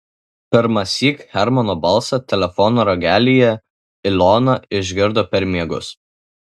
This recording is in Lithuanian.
pirmąsyk hermano balsą telefono ragelyje ilona išgirdo per miegus